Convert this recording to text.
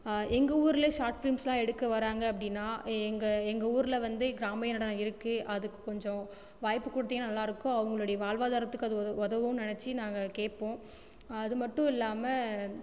எங்கள் ஊரில் ஷாட் ஃபிலிம்ஸ்லாம் எடுக்க வராங்க அப்படின்னா எங்கள் எங்கள் ஊரில் வந்து கிராமிய நடனம் இருக்குது அதுக்கு கொஞ்சம் வாய்ப்பு கொடுத்தீங்கன்னா நல்லாயிருக்கும் அவங்களுடைய வாழ்வாதாரத்துக்கு அது உதவு உதவும்னு நினைச்சி நாங்கள் கேட்போம் அது மட்டும் இல்லாமல்